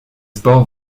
sports